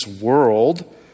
world